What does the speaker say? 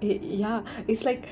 ya it's like